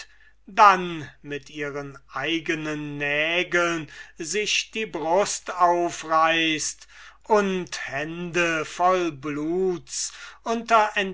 dann mit ihren eigenen nägeln sich die brust aufreißt und hände voll bluts